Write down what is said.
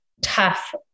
tough